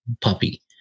puppy